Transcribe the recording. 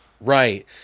Right